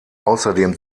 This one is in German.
außerdem